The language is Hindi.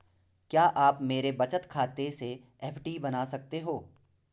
क्या आप मेरे बचत खाते से एफ.डी बना सकते हो?